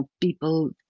people